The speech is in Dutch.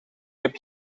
heb